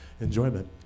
enjoyment